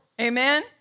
amen